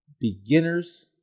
beginners